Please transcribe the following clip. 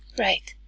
right,